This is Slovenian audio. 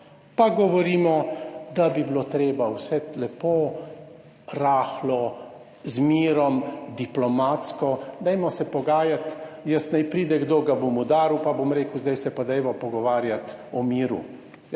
pa govorimo, da bi bilo treba vse lepo rahlo, z mirom, diplomatsko, dajmo se pogajati, jaz, naj pride, kdo, ga bom udaril, pa bom rekel, zdaj se pa dajmo pogovarjati o miru.